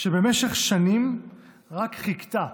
שבמשך שנים רק חיכתה